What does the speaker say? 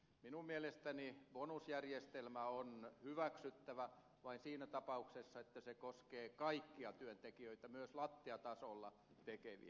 minun mielestäni bonusjärjestelmä on hyväksyttävä vain siinä tapauksessa että se koskee kaikkia työntekijöitä myös lattiatasolla tekeviä